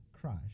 crush